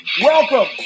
Welcome